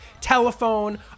Telephone